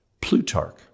Plutarch